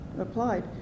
applied